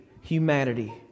humanity